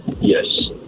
Yes